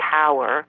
power